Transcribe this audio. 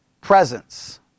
presence